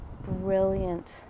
brilliant